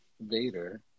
Vader